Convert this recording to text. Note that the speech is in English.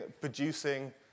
producing